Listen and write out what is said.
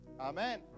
Amen